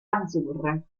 azzurre